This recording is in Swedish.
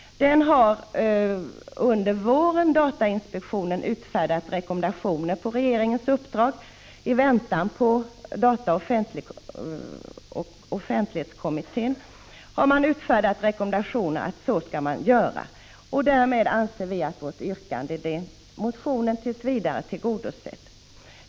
Det är positivt att datainspektionen på regeringens uppdrag, i väntan på dataoch offentlighetskommittén, under våren har utfärdat rekommendationer att så skall man göra. Därmed anser vi att vårt yrkande i den motionen tills vidare är tillgodosett.